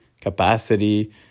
capacity